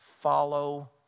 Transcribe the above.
follow